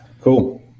cool